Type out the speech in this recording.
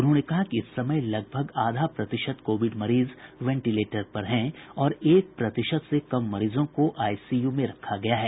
उन्होंने कहा कि इस समय लगभग आधा प्रतिशत कोविड मरीज वेंटिलेटर पर हैं और एक प्रतिशत से कम मरीजों को आईसीयू में रखा गया है